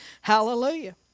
hallelujah